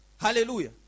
Hallelujah